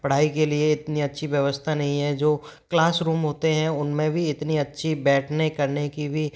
पढ़ाई के लिए इतनी अच्छी व्यवस्था नहीं है जो क्लासरूम होते हैं उनमें भी इतनी अच्छी बैठने करने की भी